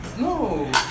No